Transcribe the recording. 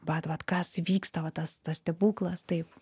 vat vat kas vyksta va tas tas stebuklas taip